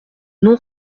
non